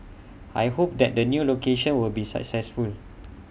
I hope that the new location will be successful